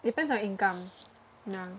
depends on income ya